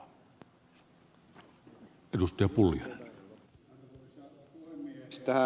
arvoisa puhemies